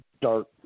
dark